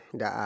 da